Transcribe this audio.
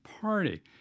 party